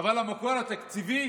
אבל המקור התקציבי